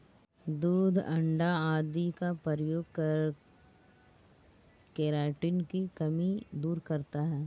दूध अण्डा आदि का प्रयोग केराटिन की कमी दूर करता है